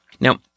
Now